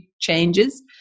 changes